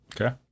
Okay